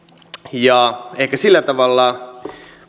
ehkä sillä tavalla